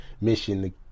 mission